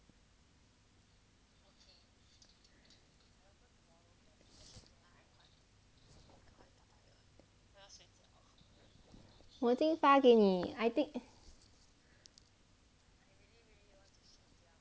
我已经发给你 I think